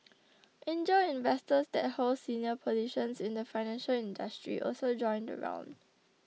angel investors that hold senior positions in the financial industry also joined the round